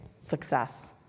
success